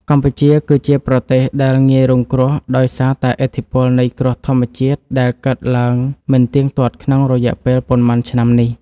កម្ពុជាគឺជាប្រទេសដែលងាយរងគ្រោះដោយសារតែឥទ្ធិពលនៃគ្រោះធម្មជាតិដែលកើតឡើងមិនទៀងទាត់ក្នុងរយៈពេលប៉ុន្មានឆ្នាំនេះ។